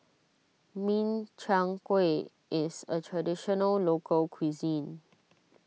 Min Chiang Kueh is a Traditional Local Cuisine